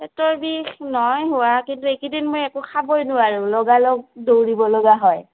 পেটৰ বিষ নাই হোৱা কিন্তু এইকেইদিন মই একো খাবই নোৱাৰোঁ লগালগ দৌৰিব লগা হয়